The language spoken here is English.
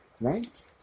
right